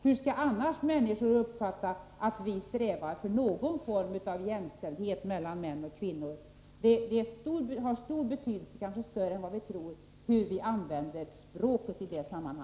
Hur skall annars människor uppfatta att vi strävar efter någon form av jämställdhet mellan män och kvinnor? Hur vi använder språket i det sammanhanget har stor betydelse — kanske större än vi tror.